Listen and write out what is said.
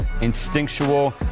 instinctual